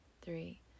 three